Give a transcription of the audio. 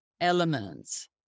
elements